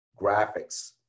graphics